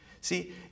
See